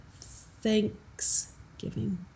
thanksgiving